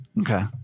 Okay